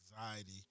anxiety